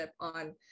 on